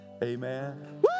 Amen